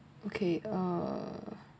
okay uh